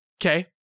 Okay